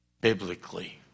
biblically